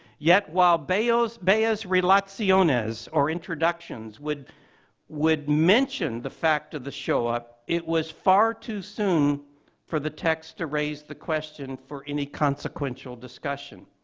yet, while bea's bea's relaciones, or introductions, would would mention the fact of the shoah, it was far too soon for the text to raise the question for any consequential discussion.